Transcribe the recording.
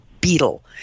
beetle